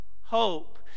hope